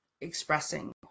expressing